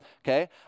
okay